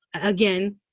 again